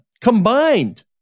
combined